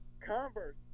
Converse